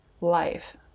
life